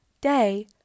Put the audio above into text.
day